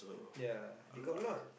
ya they got a lot